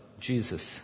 Jesus